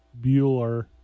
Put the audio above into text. Bueller